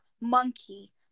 monkey